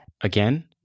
Again